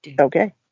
Okay